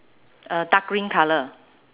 uh dark green colour